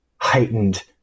heightened